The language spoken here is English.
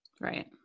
Right